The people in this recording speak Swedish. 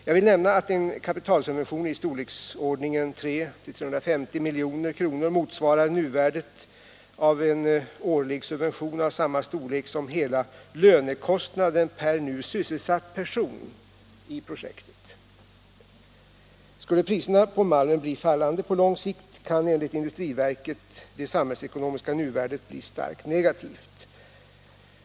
Jag vill nämna att kapitalsubventioner i storleksordningen 300-350 milj.kr. motsvarar nuvärdet av en årlig subvention av samma storlek som hela lönekostnaden per nu sysselsatt person i projektet. Skulle priserna på malmen bli fallande på lång sikt kan enligt industriverket det samhällsekonomiska nuvärdet bli starkt negativt.